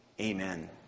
Amen